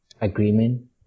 agreement